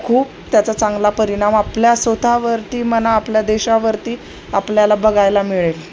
खूप त्याचा चांगला परिणाम आपल्या स्वताःवरती म्हणा आपल्या देशावरती आपल्याला बघायला मिळेल